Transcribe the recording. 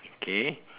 okay